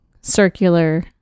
circular